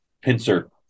pincer